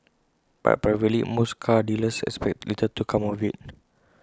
but privately most car dealers expect little to come of IT